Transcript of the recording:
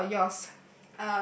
how about yours